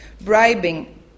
bribing